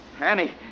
Annie